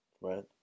Right